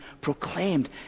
proclaimed